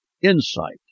insight